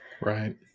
right